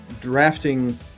drafting